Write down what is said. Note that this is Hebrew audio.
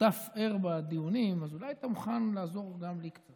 שותף ער בדיונים, אז אולי אתה מוכן לעזור גם לי.